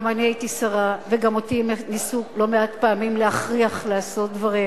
גם אני הייתי שרה וגם אותי ניסו לא מעט פעמים להכריח לעשות דברים.